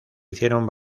hicieron